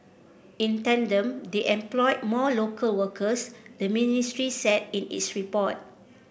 in tandem they employed more local workers the ministry said in its report